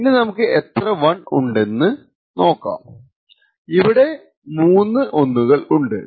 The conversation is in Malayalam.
ഇനി നമുക്ക് എത്ര 1 ഉണ്ടെന്ന് നോക്കാം ഇവിടെ 3 1 കൾ ഉണ്ട്